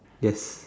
yes